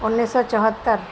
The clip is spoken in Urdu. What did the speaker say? انیس سو چوہتر